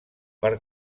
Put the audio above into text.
per